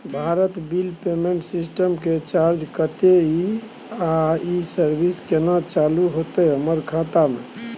Bharat bill payment system के charge कत्ते इ आ इ सर्विस केना चालू होतै हमर खाता म?